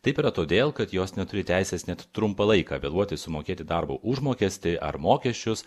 taip yra todėl kad jos neturi teisės net trumpą laiką vėluoti sumokėti darbo užmokestį ar mokesčius